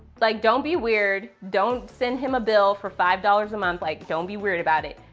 like don't be weird. don't send him a bill for five dollars a month. like don't be weird about it.